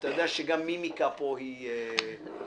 אתה יודע שגם מימיקה פה היא התפרצות?